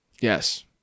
Yes